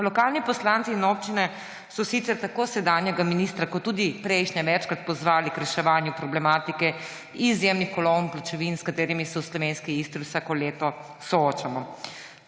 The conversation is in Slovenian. Lokalni poslanci in občine so sicer tako sedanjega ministra kot tudi prejšnje večkrat pozvali k reševanju problematike izjemnih kolon pločevine, s katerimi se v slovenski Istri vsako leto soočamo.